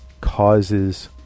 causes